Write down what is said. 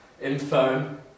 infirm